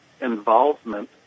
involvement